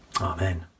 Amen